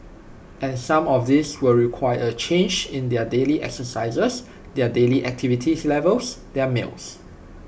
and some of these will require A change in their daily exercises their daily activities levels their meals